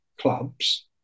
clubs